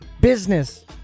business